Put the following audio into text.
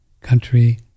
country